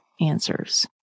answers